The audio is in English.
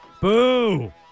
Boo